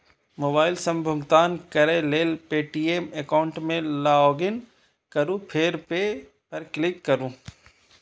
mobile सं भुगतान करै लेल पे.टी.एम एकाउंट मे लॉगइन करू फेर पे पर क्लिक करू